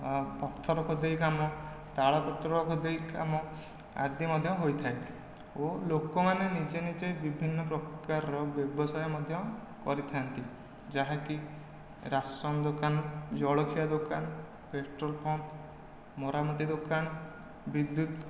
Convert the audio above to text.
ପଥର ଖୋଦେଇ କାମ ତାଳପତ୍ର ଖୋଦେଇ କାମ ଆଦି ମଧ୍ୟ ହୋଇଥାଏ ଓ ଲୋକମାନେ ନିଜେ ନିଜେ ବିଭିନ୍ନ ପ୍ରକାରର ବ୍ୟବସାୟ ମଧ୍ୟ କରିଥାନ୍ତି ଯାହାକି ରାସନ୍ ଦୋକାନ ଜଳଖିଆ ଦୋକାନ ପେଟ୍ରୋଲ୍ ପମ୍ପ ମରାମତି ଦୋକାନ ବିଦ୍ୟୁତ